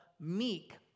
meek